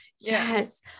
yes